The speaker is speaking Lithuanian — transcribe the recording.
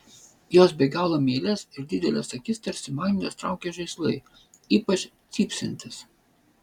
jos be galo meilias ir dideles akis tarsi magnetas traukia žaislai ypač cypsintys